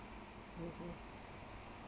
mmhmm